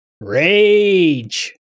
Rage